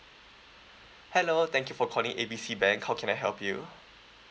hello thank you for calling A B C bank how can I help you